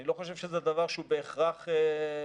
אני לא חושב שזה דבר שהוא בהכרח חיוני.